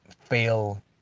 fail